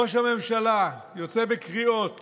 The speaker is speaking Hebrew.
ראש הממשלה יוצא בקריאות